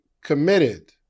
committed